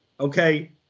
Okay